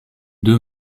deux